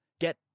get